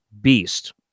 beast